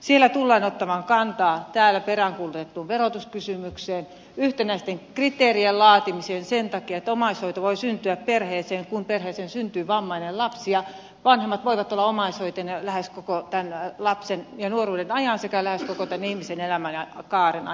siinä tullaan ottamaan kantaa täällä peräänkuulutettuun verotuskysymykseen yhtenäisten kriteerien laatimiseen sen takia että omaishoito voi syntyä perheeseen kun perheeseen syntyy vammainen lapsi ja vanhemmat voivat olla omaishoitajana lähes koko tämän lapsen ja nuoruuden ajan sekä lähes koko tämän ihmisen elämänkaaren ajan